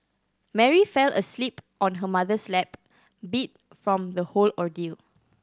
Mary fell asleep on her mother's lap beat from the whole ordeal